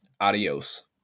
Adios